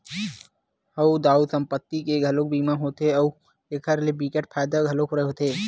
हव दाऊ संपत्ति के घलोक बीमा होथे अउ एखर ले बिकट फायदा घलोक होथे